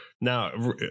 Now